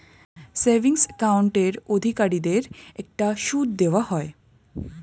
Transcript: savings অ্যাকাউন্টের অধিকারীদেরকে একটা সুদ দেওয়া হয়